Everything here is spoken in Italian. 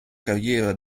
carriera